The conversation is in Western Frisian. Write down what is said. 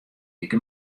like